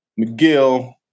McGill